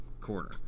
corner